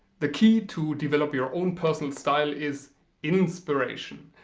the key to develop your own personal style is inspiration.